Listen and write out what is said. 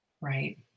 Right